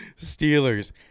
Steelers